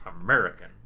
American